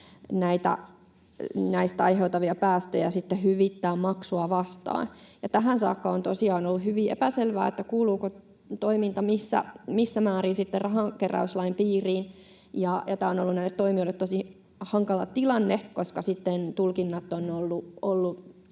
näistä aiheutuvia päästöjä sitten hyvittää maksua vastaan. Tähän saakka on tosiaan ollut hyvin epäselvää, kuuluuko toiminta missä määrin sitten rahankeräyslain piiriin, ja tämä on ollut näille toimijoille tosi hankala tilanne, koska tulkinnat ovat sitten